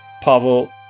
Pavel